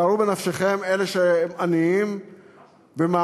שוו בנפשכם,